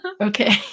okay